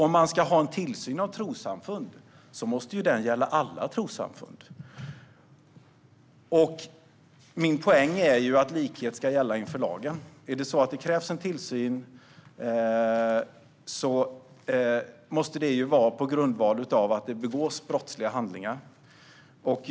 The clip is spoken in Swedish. Om man ska utöva tillsyn av trossamfund måste det ju gälla alla trossamfund. Min poäng är att likhet ska gälla inför lagen. Är det så att det krävs tillsyn måste det vara på grundval av att det begås brottsliga handlingar.